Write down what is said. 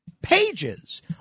pages